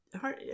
hard